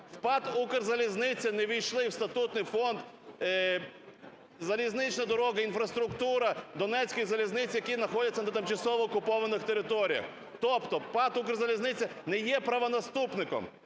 В ПАТ "Укрзалізниця" не ввійшли в статутний фонд залізнична дорога, інфраструктура "Донецької залізниці", які знаходяться на тимчасово окупованих територіях, тобто ПАТ "Укрзалізниця" не є правонаступником.